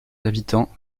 habitants